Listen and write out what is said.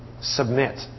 submit